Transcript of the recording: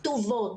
כתובות,